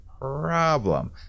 problem